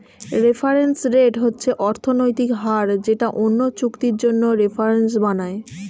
reference rate হচ্ছে অর্থনৈতিক হার যেটা অন্য চুক্তির জন্য রেফারেন্স বানায়